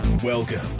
Welcome